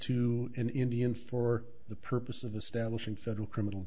to an indian for the purpose of establishing federal criminal